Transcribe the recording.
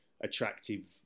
attractive